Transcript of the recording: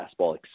fastball